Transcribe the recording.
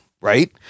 right